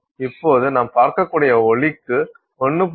இப்போது நாம் பார்க்கக்கூடிய ஒளிக்கு 1